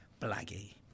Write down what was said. Blaggy